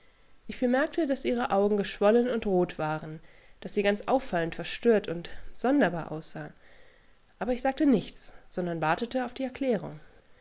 ich bemerkte daß ihre augen geschwollen und rot waren daß sie ganz auffallend verstört und sonderbar aussah aber ich sagte nichts sondern wartete auf die erklärung